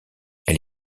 elle